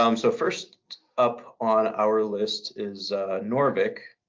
um so, first up on our list is noorvik.